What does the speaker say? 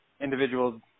individuals